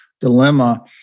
dilemma